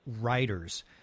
writers